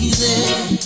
easy